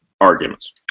arguments